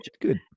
good